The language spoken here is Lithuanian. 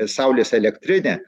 saulės elektrinę